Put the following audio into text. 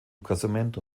casamento